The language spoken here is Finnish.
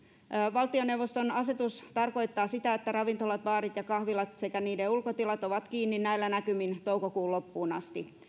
valtioneuvoston asetus tarkoittaa sitä että ravintolat baarit ja kahvilat sekä niiden ulkotilat ovat kiinni näillä näkymin toukokuun loppuun asti